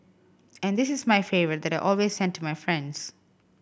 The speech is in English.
and this is my favourite that I always send to my friends